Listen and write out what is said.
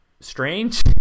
strange